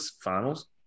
finals